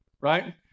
right